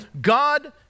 God